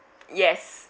yes